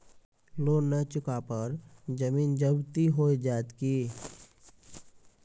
Loan न चुका पर जमीन जब्ती हो जैत की?